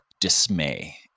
dismay